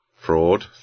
fraud